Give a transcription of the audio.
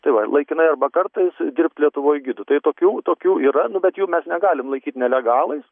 tai va laikinai arba kartais dirbt lietuvoj gidu tai tokių tokių yra nu bet jų mes negalim laikyt nelegalais